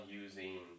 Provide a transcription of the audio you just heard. using